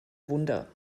wunder